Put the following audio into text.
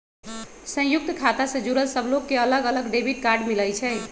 संयुक्त खाता से जुड़ल सब लोग के अलग अलग डेबिट कार्ड मिलई छई